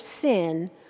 sin